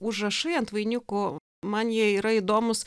užrašai ant vainikų man jie yra įdomūs